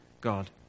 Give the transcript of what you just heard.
God